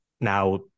Now